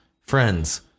friends